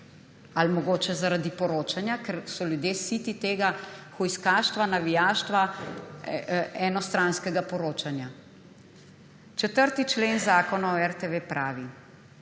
Ali mogoče zaradi poročanja, ker so ljudje siti tega hujskaštva, navijaštva, enostranskega poročanja. 4. člen Zakona o RTV pravi: